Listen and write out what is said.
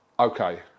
okay